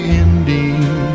ending